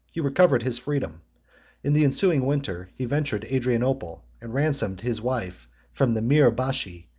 he recovered his freedom in the ensuing winter he ventured to adrianople, and ransomed his wife from the mir bashi,